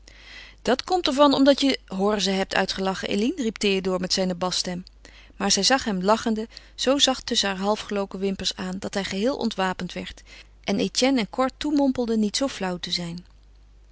dat komt er van omdat je horze hebt uitgelachen eline riep théodore met zijne basstem maar zij zag hem lachende zoo zacht tusschen haar half geloken wimpers aan dat hij geheel ontwapend werd en etienne en cor toemompelde niet zoo flauw te zijn